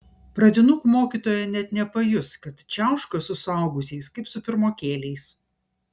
pradinukų mokytoja net nepajus kad čiauška su suaugusiais kaip su pirmokėliais